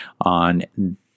on